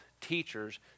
teachers